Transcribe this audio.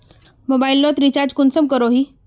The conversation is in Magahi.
मोबाईल लोत रिचार्ज कुंसम करोही?